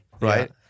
Right